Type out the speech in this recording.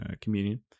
communion